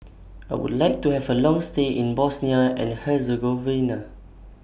I Would like to Have A Long stay in Bosnia and Herzegovina